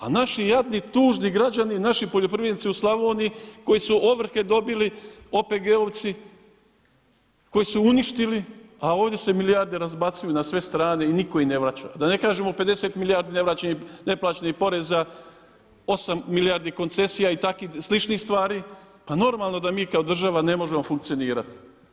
A naši jadni tužni građani naši poljoprivrednici u Slavoniji koji su ovrhe dobili OPG-ovci koje su uništili, a ovdje se milijarde razbacuju na sve strane i niko ih ne vraća, da ne kažemo o 50 milijardi neplaćenih poreza, 8 milijardi koncesija i takvih sličnih stvari, pa normalno da mi kao država ne možemo funkcionirati.